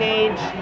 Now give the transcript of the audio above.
age